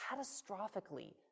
catastrophically